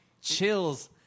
chills